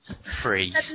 free